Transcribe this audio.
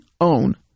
own